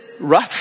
rough